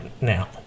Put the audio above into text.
now